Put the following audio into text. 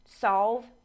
solve